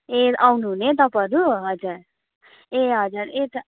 ए आउनुहुने तपाईँहरू हजुर ए हजुर यता